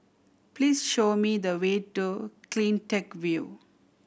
please show me the way to Cleantech View